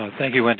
thank you, wendy,